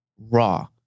Raw